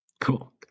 cool